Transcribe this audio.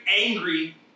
angry